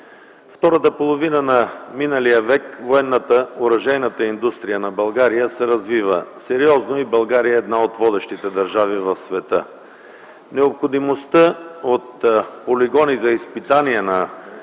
втората половина на миналия век военната и оръжейната индустрия на България се развиват сериозно и България е една от водещите държави в света. Необходимостта от полигони за изпитание на